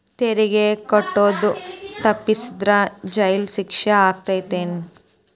ತೆರಿಗೆ ಕಟ್ಟೋದ್ ತಪ್ಸಿದ್ರ ಜೈಲ್ ಶಿಕ್ಷೆ ಆಗತ್ತೇನ್